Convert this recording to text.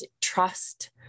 trust